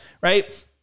right